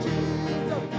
Jesus